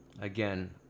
again